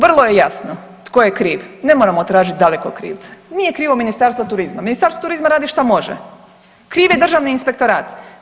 Vrlo je jasno tko je kriv, ne moramo tražiti daleko krivce, nije krivo Ministarstvo turizma, Ministarstvo turizma radi šta može, kriv je državni inspektorat.